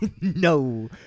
No